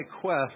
quest